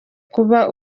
kuba